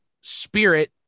Spirit